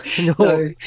No